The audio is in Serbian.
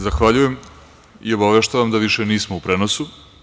Zahvaljujem i obaveštavam da više nismo u prenosu.